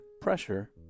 pressure